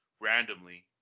randomly